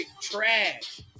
trash